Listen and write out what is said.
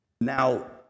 Now